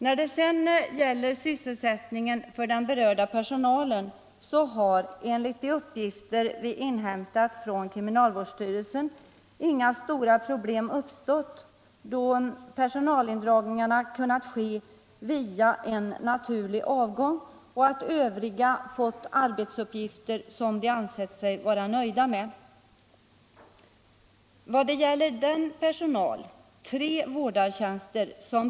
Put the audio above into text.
När det sedan gäller sysselsättningen för den berörda personalen har, enligt de uppgifter vi inhämtat från kriminalvårdsstyrelsen, inga stora problem uppstått, då personalindragningarna har kunnat genomföras via en naturlig avgång och övriga fått arbetsuppgifter som de ansett sig vara nöjda med. Av det senaste beslutet berörs tre vårdartjänster.